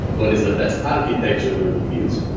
what is the best architecture we will use?